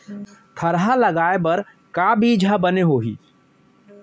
थरहा लगाए बर का बीज हा बने होही?